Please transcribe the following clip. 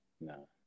No